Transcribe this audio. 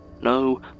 No